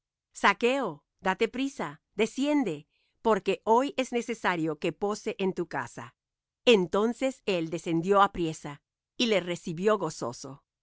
zaqueo date priesa desciende porque hoy es necesario que pose en tu casa entonces él descendió apriesa y le recibió gozoso